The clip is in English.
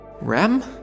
Rem